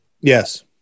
Yes